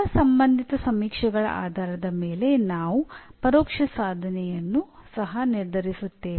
ಎಲ್ಲಾ ಸಂಬಂಧಿತ ಸಮೀಕ್ಷೆಗಳ ಆಧಾರದ ಮೇಲೆ ನಾವು ಪರೋಕ್ಷ ಸಾಧನೆಯನ್ನು ಸಹ ನಿರ್ಧರಿಸುತ್ತೇವೆ